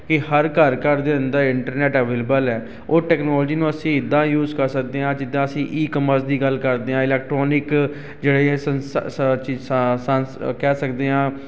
ਕਿ ਹਰ ਘਰ ਘਰ ਦੇ ਅੰਦਰ ਇੰਟਰਨੈੱਟ ਅਵੇਲੇਬਲ ਹੈ ਉਹ ਟੈਕਨੋਲਜੀ ਨੂੰ ਅਸੀਂ ਇੱਦਾਂ ਯੂਜ ਕਰ ਸਦਕੇ ਹਾਂ ਜਿੱਦਾਂ ਅਸੀਂ ਈ ਕਮਰਸ ਦੀ ਗੱਲ ਕਰਦੇ ਹਾਂ ਇਲੈਕਟ੍ਰੋਨਿਕ ਜਿਹੜੀਆਂ ਕਹਿ ਸਕਦੇ ਹਾਂ